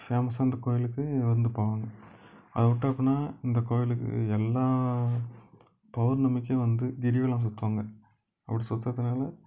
ஃபேமஸாக அந்த கோவிலுக்கு வந்து போவாங்க அவர்ட்ட போனால் இந்த கோவிலுக்கு எல்லா பௌர்ணமிக்கும் வந்து கிரிவலம் சுற்றுவாங்க அப்படி சுத்துகிறதுனால